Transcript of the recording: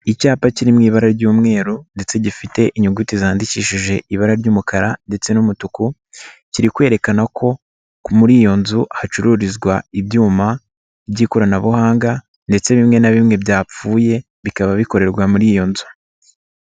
Icyapa kiri mu ibara ry'umweru ndetse gifite inyuguti zandikishije ibara ry'umukara ndetse n'umutuku, kiri kwerekana ko, muri iyo nzu hacururizwa ibyuma by'ikoranabuhanga, ndetse bimwe na bimwe byapfuye, bikaba bikorerwa muri iyo nzu.